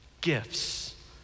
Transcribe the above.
gifts